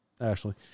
Ashley